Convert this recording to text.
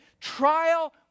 trial